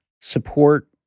support